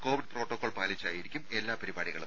Covid protocol പാലിച്ചായിരിക്കും എല്ലാ പരിപാടികളും